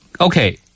Okay